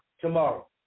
tomorrow